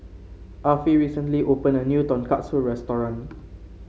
Affie recently opened a new Tonkatsu restaurant